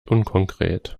unkonkret